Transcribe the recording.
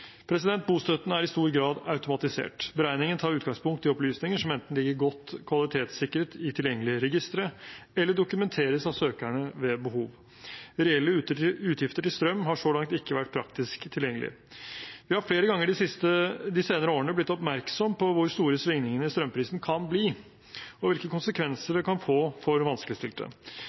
Bostøtten er i stor grad automatisert. Beregningen tar utgangspunkt i opplysninger som enten ligger godt kvalitetssikret i tilgjengelige registre eller dokumenteres av søkerne ved behov. Reelle utgifter til strøm har så langt ikke vært praktisk tilgjengelig. Vi har flere ganger de senere årene blitt oppmerksomme på hvor store svingningene i strømprisene kan bli, og hvilke konsekvenser det kan få for vanskeligstilte.